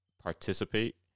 participate